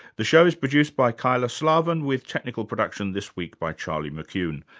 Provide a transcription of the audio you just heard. the show is produced by kyla slaven, with technical production this week by charlie mccune.